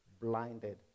blinded